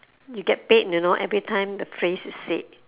you get paid you know everytime the phrase is said